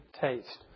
taste